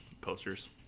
posters